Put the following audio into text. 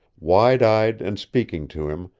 wide-eyed and speaking to him,